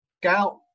Gout